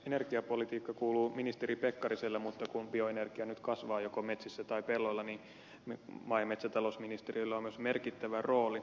energiapolitiikka kuuluu ministeri pekkariselle mutta kun bioenergia nyt kasvaa joko metsissä tai pelloilla niin maa ja metsätalousministeriöllä on myös merkittävä rooli